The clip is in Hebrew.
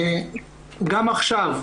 גם עכשיו,